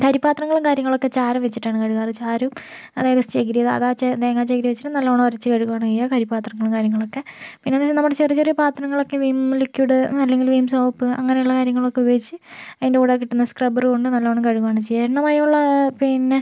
കരി പത്രങ്ങളും കാര്യങ്ങളൊക്കെ ചാരം വച്ചിട്ടാണ് കഴുകാറ് ചാരവും അതായത് ചകിരി അതാ അതാ തേങ്ങാച്ചകിരി വച്ചിട്ട് നല്ലോണം ഉരച്ച് കഴുകുകയാണ് ചെയ്യുക കരി പത്രങ്ങള് കാര്യങ്ങളൊക്കെ പിന്നെ എന്താ നമ്മുടെ ചെറിയ ചെറിയ പാത്രങ്ങളൊക്കെ വിം ലിക്വിഡ് അല്ലങ്കില് വിം സോപ്പ് അങ്ങനെയുള്ള കാര്യങ്ങളൊക്കെ ഉപയോഗിച്ച് അതിൻ്റെ കൂടെ കിട്ടുന്ന സ്ക്രബ്ബർ കൊണ്ട് നല്ലോണം കഴുകുവാണ് ചെയ്യുക എണ്ണ മയമുള്ള പിന്നെ